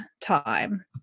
time